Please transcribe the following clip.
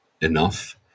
enough